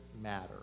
matter